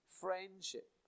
friendship